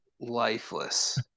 lifeless